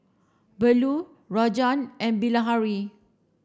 Bellur Rajan and Bilahari